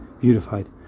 beautified